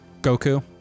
Goku